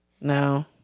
No